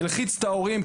זה הלחיץ את ההורים,